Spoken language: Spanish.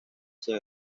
sin